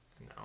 No